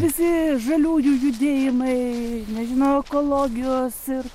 visi žaliųjų judėjimai nežinau ekologijos ir